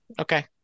Okay